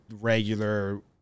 regular